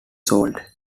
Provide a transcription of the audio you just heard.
sold